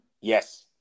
Yes